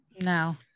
No